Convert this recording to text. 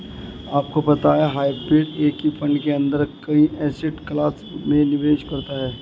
आपको पता है हाइब्रिड एक ही फंड के अंदर कई एसेट क्लास में निवेश करता है?